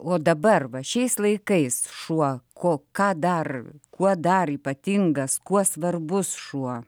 o dabar va šiais laikais šuo ko ką dar kuo dar ypatingas kuo svarbus šuo